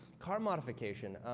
car modification.